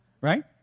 Right